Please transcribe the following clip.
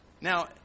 Now